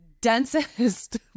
densest